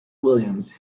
williams